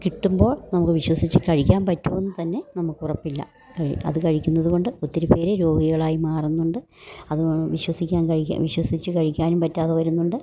കിട്ടുമ്പോൾ നമുക്ക് വിശ്വസിച്ച് കഴിക്കാൻ പറ്റുവോന്ന് തന്നെ നമുക്ക് ഉറപ്പില്ല അത് കഴിക്കുന്നത് കൊണ്ട് ഒത്തിരി പേര് രോഗികളായി മാറുന്നുണ്ട് അത് വിശ്വസിക്കാൻ കഴിക്കാന് വിശ്വസിച്ച് കഴിക്കാനും പറ്റാതെ വരുന്നുണ്ട്